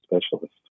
specialist